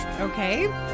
Okay